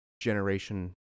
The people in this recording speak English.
generation